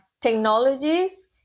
technologies